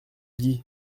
dit